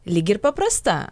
lyg ir paprasta